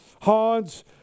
Hans